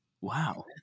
Wow